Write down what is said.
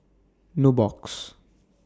Nubox